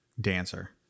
dancer